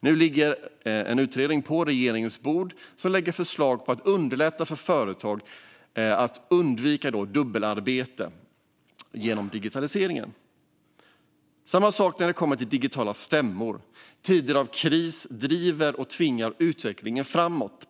Nu ligger en utredning på regeringens bord med förslag för att genom digitalisering underlätta för företag så att dubbelarbete kan undvikas. Det är samma sak när det kommer till digitala stämmor. Tider av kris driver och tvingar utvecklingen framåt.